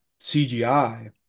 cgi